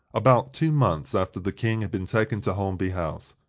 about two months after the king had been taken to holmby house.